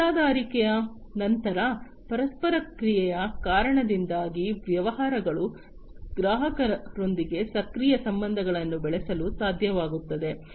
ಚಂದಾದಾರಿಕೆ ನಂತರದ ಪರಸ್ಪರ ಕ್ರಿಯೆಯ ಕಾರಣದಿಂದಾಗಿ ವ್ಯವಹಾರಗಳು ಗ್ರಾಹಕರೊಂದಿಗೆ ಸಕ್ರಿಯ ಸಂಬಂಧಗಳನ್ನು ಬೆಳೆಸಲು ಸಾಧ್ಯವಾಗುತ್ತದೆ